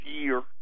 year